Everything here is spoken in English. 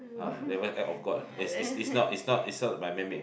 ah that one act of god ah it's it's it's not it's not it's not by man made